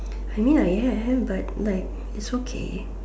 I mean I am but like it's okay